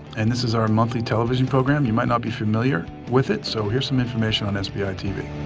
and this is our monthly television program. you might not be familiar with it, so here's some information on sbi tv.